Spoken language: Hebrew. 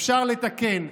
אפשר לתקן.